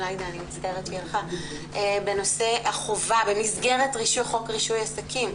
עאידה בנושא החובה במסגרת חוק רישוי עסקים.